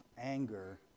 anger